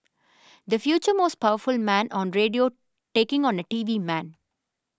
the future most powerful man on radio taking on a T V man